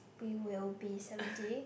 we will be seventy